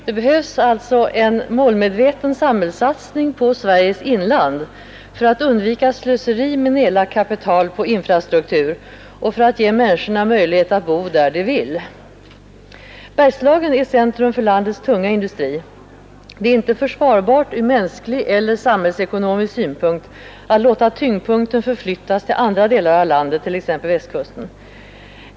Det behövs alltså en målmedveten samhällssatsning på Sveriges inland för att undvika slöseri med nedlagt kapital på infrastruktur och för att ge människorna möjlighet att bo där de vill. Bergslagen är centrum för landets tunga industri. Det är inte försvarbart ur mänsklig eller samhällsekonomisk synpunkt att låta tyngdpunkten förflyttas till andra delar av landet, t.ex. Västkusten.